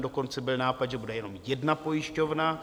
Dokonce byl nápad, že bude jenom jedna pojišťovna.